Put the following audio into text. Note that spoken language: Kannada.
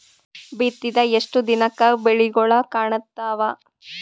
ಬಿತ್ತಿದ ಎಷ್ಟು ದಿನಕ ಬೆಳಿಗೋಳ ಕಾಣತಾವ?